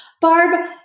Barb